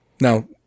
Now